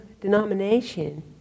denomination